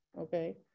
okay